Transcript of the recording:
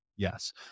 Yes